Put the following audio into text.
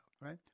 right